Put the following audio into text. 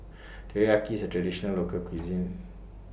Teriyaki IS A Traditional Local Cuisine